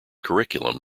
curriculum